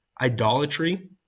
idolatry